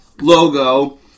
logo